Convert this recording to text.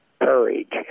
courage